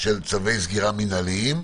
של צווי סגירה מינהליים.